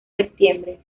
septiembre